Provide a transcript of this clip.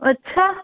अच्छा